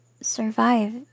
survive